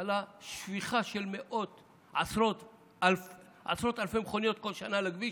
על השפיכה של עשרות אלפי מכוניות כל שנה לכביש